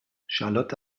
charlotte